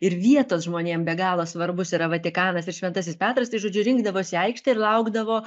ir vietos žmonėm be galo svarbus yra vatikanas ir šventasis petras tai žodžiu rinkdavosi į aikštę ir laukdavo